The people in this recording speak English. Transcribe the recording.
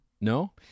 No